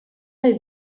nahi